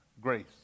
grace